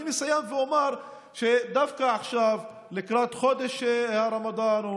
אני אסיים ואומר שדווקא עכשיו לקראת חודש הרמדאן,